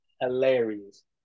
Hilarious